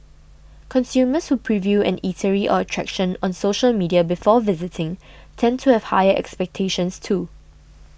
consumers who preview an eatery or attraction on social media before visiting tend to have higher expectations too